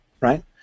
right